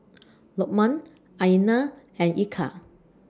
Lokman Aina and Eka